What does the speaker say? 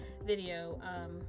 video